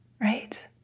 Right